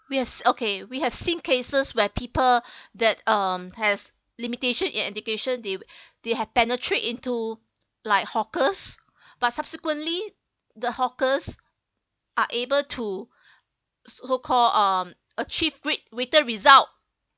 yes okay we have seen cases where people that um has limitation in education they they have penetrate into like hawkers but subsequently the hawkers are able to so call um achieve great greater result